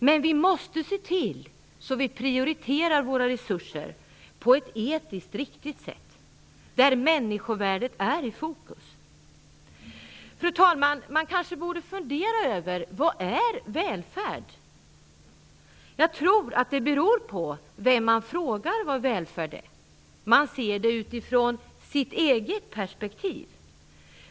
Men vi måste se till att vi prioriterar våra resurser på ett etiskt riktigt sätt, med människovärdet i fokus. Fru talman! Man borde kanske fundera över vad välfärd är. Jag tror att svaret beror på vem frågan ställs till. Man ser det utifrån sitt eget perspektiv.